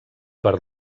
per